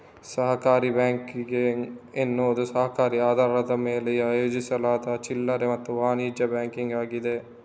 ಸಹಕಾರಿ ಬ್ಯಾಂಕಿಂಗ್ ಎನ್ನುವುದು ಸಹಕಾರಿ ಆಧಾರದ ಮೇಲೆ ಆಯೋಜಿಸಲಾದ ಚಿಲ್ಲರೆ ಮತ್ತು ವಾಣಿಜ್ಯ ಬ್ಯಾಂಕಿಂಗ್ ಆಗಿದೆ